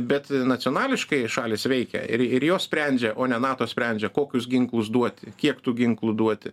bet nacionališkai šalys veikia ir ir jos sprendžia o ne nato sprendžia kokius ginklus duoti kiek tų ginklų duoti